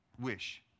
wish